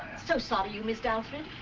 so sorry you missed alfred.